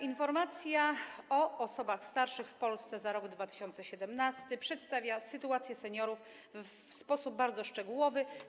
Informacja o sytuacji osób starszych w Polsce za rok 2017 przedstawia sytuację seniorów w sposób bardzo szczegółowy.